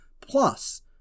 plus